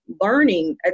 Learning